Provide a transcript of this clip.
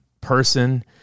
person